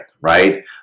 Right